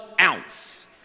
ounce